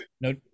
no